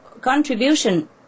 contribution